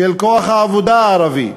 של כוח העבודה הערבי.